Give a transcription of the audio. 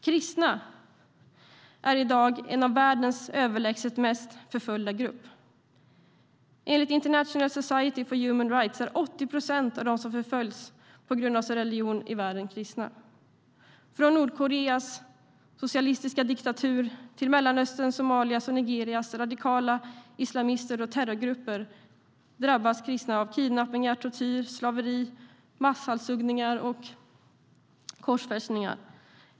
Kristna är i dag en av världens överlägset mest förföljda grupper. Enligt International Society for Human Rights är 80 procent av de som förföljs på grund av sin religion i världen kristna. I såväl Nordkoreas socialistiska diktatur som bland Mellanösterns, Somalias och Nigerias radikala islamister och terrorgrupper drabbas kristna av kidnappningar, tortyr, slaveri, masshalshuggningar och korsfästningar.